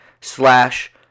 slash